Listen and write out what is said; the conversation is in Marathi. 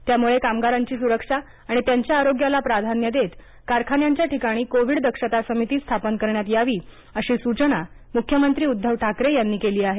त्यामळे कामगारांची सरक्षा आणि त्यांच्या आरोग्याला प्राधान्य देत कारखान्यांच्या ठिकाणी कोविड दक्षता समिती स्थापन करण्यात यावी अशी सुचना मुख्यमंत्री उद्दव ठाकरे यांनी केली आहे